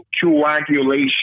coagulation